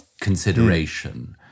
consideration